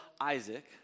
Isaac